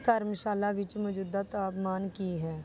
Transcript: ਧਰਮਸ਼ਾਲਾ ਵਿੱਚ ਮੌਜੂਦਾ ਤਾਪਮਾਨ ਕੀ ਹੈ